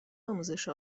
آموزش